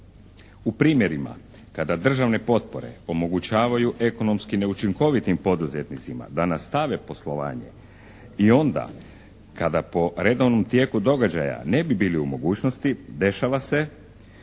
U primjerima kada državne potpore omogućavaju ekonomski neučinkovitim poduzetnicima da nastave poslovanje i onda kada po redovnom tijeku događaja ne bi bili u mogućnosti dešava se